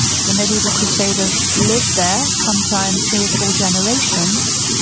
the mediaeval crusaders lived there, sometimes three or four generations.